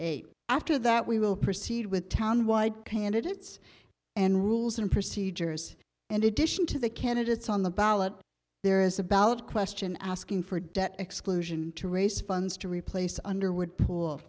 eight after that we will proceed with town wide candidates and rules and procedures and addition to the candidates on the ballot there is a ballot question asking for debt exclusion to raise funds to replace underwood pool